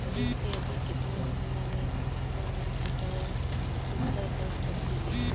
अधिक से अधिक केतना महीना में हम आपन ऋण चुकता कर सकी ले?